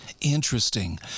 Interesting